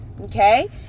okay